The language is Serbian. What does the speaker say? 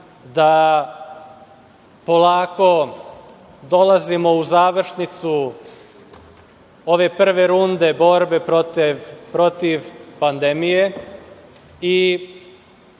da polako dolazimo u završnicu ove prve runde borbe protiv pandemije.